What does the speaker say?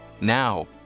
Now